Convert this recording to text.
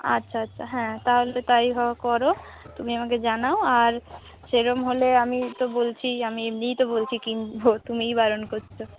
আচ্ছা আচ্ছা হ্যাঁ তা হলে তাই হোক কর তুমি আমাকে জানাও আর সে রকম হলে আমি তো বলছি আমি এমনিই তো বলছি কিনব তুমিই বারণ করছো